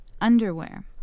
Underwear